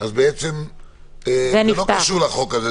זה לא קשור לחוק הזה,